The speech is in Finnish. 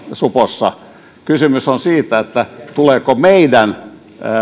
supossa kysymys on siitä tuleeko meidän